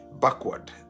backward